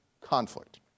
conflict